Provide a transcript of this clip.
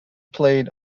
played